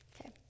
Okay